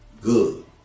good